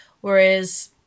whereas